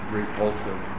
repulsive